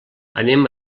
anem